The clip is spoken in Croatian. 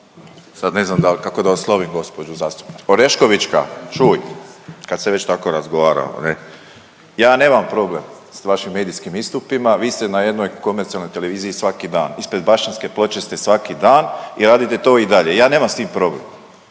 Sad ne znam kako da oslovim gđu zastupnicu, Oreškovićka, čuj, kad se već tako razgovaramo, ne, ja nemam problem s vašim medijskim istupima, vi ste na jednoj komercijalnoj televiziji svaki dan. Ispred Bašćanske ploče ste svaki dan i radite to i dalje, ja nemam s tim problem.